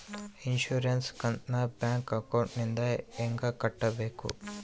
Insurance ಕಂತನ್ನ bank ಅಕೌಂಟಿಂದ ಹೆಂಗ ಕಟ್ಟಬೇಕು?